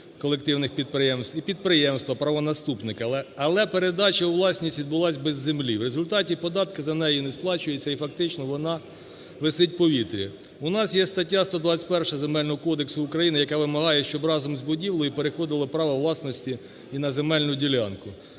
колективних підприємств, і підприємства правонаступники. Але передача у власність відбулась без землі. В результаті податки за неї не сплачуються, і фактично вона висить у повітрі. У нас є стаття 121 Земельного кодексу України, яка вимагає, щоб разом з будівлею переходило право власності і на земельну ділянку.